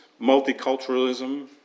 multiculturalism